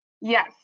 Yes